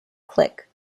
click